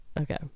okay